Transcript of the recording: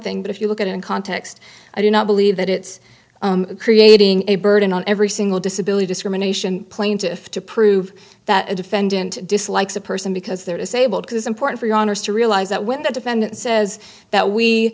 thing but if you look at it in context i do not believe that it's creating a burden on every single disability discrimination plaintiff to prove that a defendant dislikes a person because they're disabled because important for your honour's to realize that when the defendant says that we